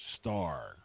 star